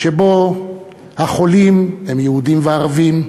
שבו החולים הם יהודים וערבים,